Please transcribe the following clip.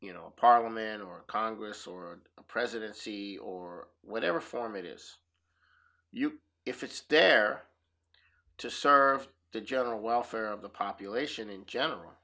you know a parliament or congress or presidency or whatever form it is if it's there to serve the general welfare of the population in general